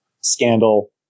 scandal